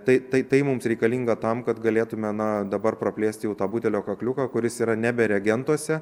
tai tai tai mums reikalinga tam kad galėtume na dabar praplėsti tą butelio kakliuką kuris yra nebe reagentuose